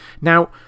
Now